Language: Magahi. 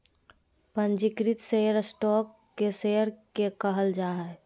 पंजीकृत शेयर स्टॉक के शेयर के कहल जा हइ